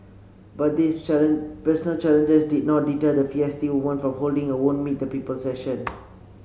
but these personal challenges did not deter the feisty woman from holding her own meet the people session